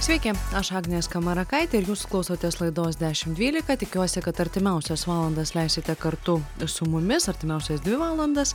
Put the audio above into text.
sveiki aš agnė skamarakaitė ir jūs klausotės laidos dešim dvylika tikiuosi kad artimiausias valandas leisite kartu su mumis artimiausias dvi valandas